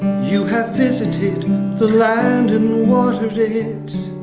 you have visited the land and watered it it